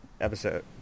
episode